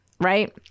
right